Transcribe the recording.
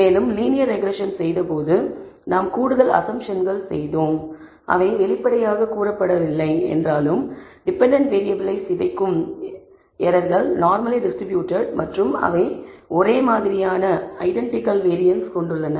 மேலும் linear regression செய்தபோது நாம் கூடுதல் அஸம்ப்ஷன்கள் செய்தோம் அவை வெளிப்படையாகக் கூறப்படவில்லை என்றாலும் டெபென்டென்ட் வேறியபிள்ளை சிதைக்கும் எரர்கள் நார்மலி டிஸ்ட்ரிபூட்டட் மற்றும் அவை ஒரே மாதிரியான வேரியன்ஸ் கொண்டுள்ளன